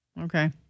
Okay